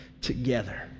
together